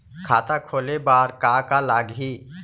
खाता खोले बार का का लागही?